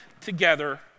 together